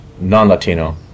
non-Latino